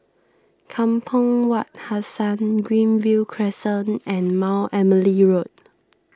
Kampong Wak Hassan Greenview Crescent and Mount Emily Road